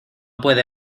puede